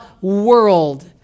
world